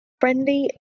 friendly